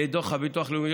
דוח הביטוח הלאומי.